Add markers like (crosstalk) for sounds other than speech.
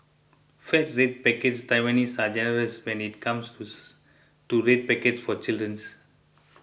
fat red packets Taiwanese are generous when it comes (unintelligible) to red packets for (unintelligible)